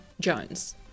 Jones